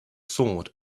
sword